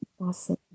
Awesome